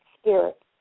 spirit